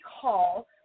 call